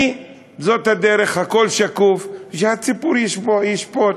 זאת הדרך, הכול שקוף, ושהציבור ישפוט.